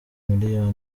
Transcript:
miliyoni